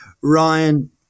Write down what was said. ryan